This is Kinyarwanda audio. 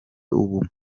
ubumuntu